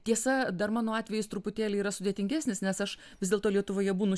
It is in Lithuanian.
tiesa dar mano atvejis truputėlį yra sudėtingesnis nes aš vis dėlto lietuvoje būnu